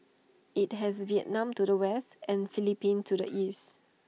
IT has Vietnam to the west and Philippines to the east